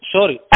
Sorry